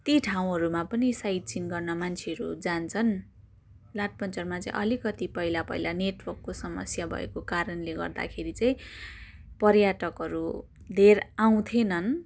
ती ठाउँहरूमा पनि साइट सिइङ गर्न मान्छेहरू जान्छन् लाठपन्चरमा चाहिँ अलिकति पहिला पहिला नेटवर्कको समस्या भएको कारणले गर्दाखेरि चाहिँ पर्यटकहरू धेर आउने थिएनन्